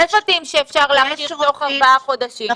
יש צוותים שאפשר להכשיר תוך ארבעה חודשים,